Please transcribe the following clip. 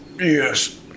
Yes